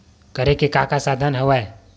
करे के का का साधन हवय?